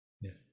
yes